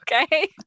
okay